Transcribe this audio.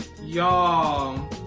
Y'all